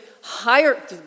higher